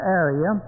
area